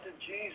Jesus